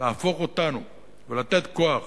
להפוך אותו ולתת כוח